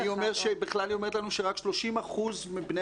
אני אומר שבכלל היא אומרת לנו שרק 30% מבני